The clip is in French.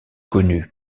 connu